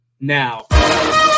now